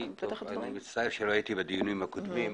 אני מצטער שלא היית בדיונים הקודמים,